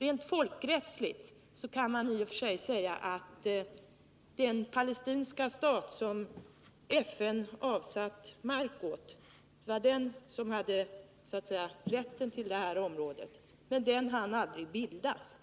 Rent folkrättsligt kan man i och för sig säga att det var den palestinska stat som FN avsatt mark åt som hade rätten till det här området. Men den staten hann aldrig bildas.